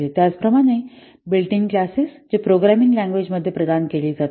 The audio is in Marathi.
त्याचप्रमाणे बिल्ट इन क्लासेस जे प्रोग्रामिंग लँग्वेज मध्ये प्रदान केले जातात